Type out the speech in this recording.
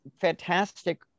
fantastic